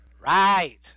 Right